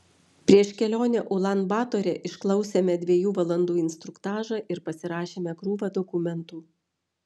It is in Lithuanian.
prieš kelionę ulan batore išklausėme dviejų valandų instruktažą ir pasirašėme krūvą dokumentų